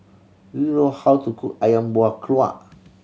do you know how to cook Ayam Buah Keluak